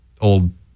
old